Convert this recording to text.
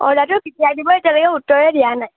অঁ কেতিয়া দিব এতিয়ালৈকে উত্তৰে দিয়া নাই